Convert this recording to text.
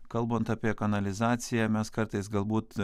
kalbant apie kanalizaciją mes kartais galbūt